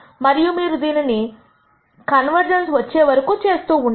మరియు మీరు దీనిని మీరు కన్వర్జెన్స్ వచ్చేవరకూ చేస్తూ ఉన్నారు